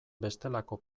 bestelako